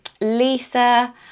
Lisa